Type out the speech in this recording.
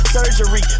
Surgery